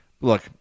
look